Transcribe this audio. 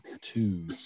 two